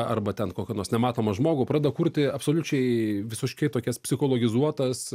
arba ten kokį nors nematomą žmogų pradeda kurti absoliučiai visiškai tokias psichologizuotas